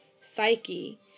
Psyche